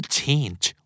change